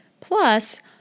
plus